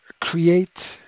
create